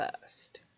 first